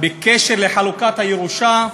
בקשר לחלוקת הירושה,